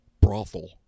brothel